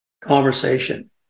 conversation